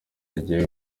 agiye